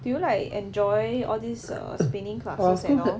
do you like enjoy all this err spinning classes and all